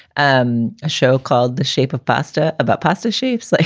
um a show called the shape of pasta about pasta shapes. like